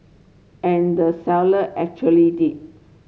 and the seller actually did